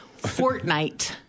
Fortnite